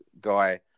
guy